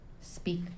speak